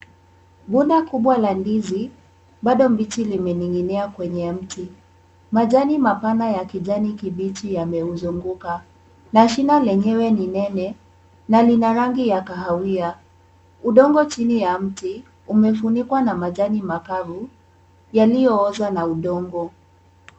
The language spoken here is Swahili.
Bunda kubwa la ndizi bado mbichi limening'inia kwenye mti. Majani mapana ya kijani kibichi yameuzunguka. Na shina yenyewe ni nene na ni la rangi ya kahawia. Udongo chini ya mti umefunikwa na majani makavu yaliyooza na udongo.